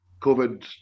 COVID